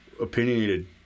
opinionated